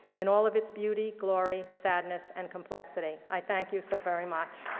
in all of its beauty, glory, sadness, and complexity. i thank you so very much.